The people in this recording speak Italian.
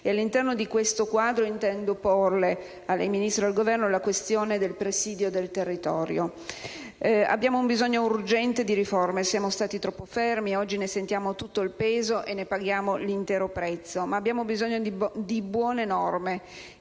all'interno di questo quadro, intendo sottoporre a lei, signor Ministro, ed al Governo la questione del presidio del territorio. Abbiamo un bisogno urgente di riforme, siamo stati troppo fermi ed oggi ne sentiamo tutto il peso e ne paghiamo l'intero prezzo, ma abbiamo bisogno di buone norme